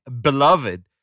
beloved